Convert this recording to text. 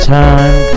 time